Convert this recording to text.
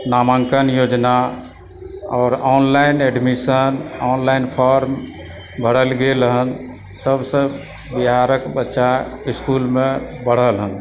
नामांकन योजना आओर ऑनलाइन एडमिशन ऑनलाइन फॉर्म भरल गेल हन तबसँ बिहारक बच्चा इस्कूलमे बढ़ल हन